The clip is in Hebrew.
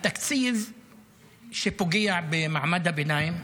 התקציב שפוגע במעמד הביניים,